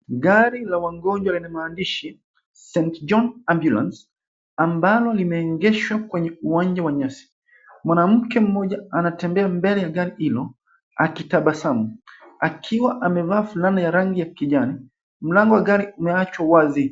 Gari la wagonjwa lenye maandishi St John Ambulance ambalo limeegeshwa kwenye uwanja wa nyasi mwanamke mmoja anatembea mbele ya gari hilo akitabasamu akiwa amevaa fulana ya rangi ya kijani mlango wa gari umeachwa wazi.